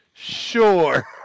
Sure